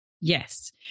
Yes